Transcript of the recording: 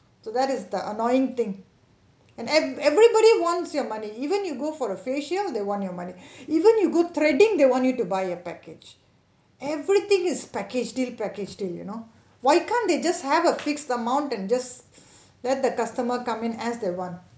so that is the annoying thing and err everybody wants your money even you go for a facial they want your money even you go threading they want you to buy a package everything is package deal package deal you know why can't they just have a fixed amount and just let the customer come in as they want